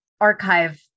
archive